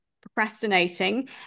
procrastinating